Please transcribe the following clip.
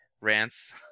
rants